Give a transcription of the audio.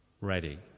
ready